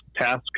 task